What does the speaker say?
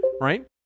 right